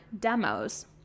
demos